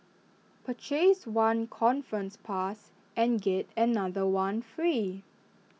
purchase one conference pass and get another one free